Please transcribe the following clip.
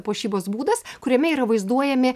puošybos būdas kuriame yra vaizduojami